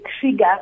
trigger